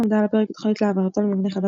עמדה על הפרק תוכנית להעברתו למבנה חדש